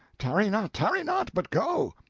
tarry not, tarry not, but go.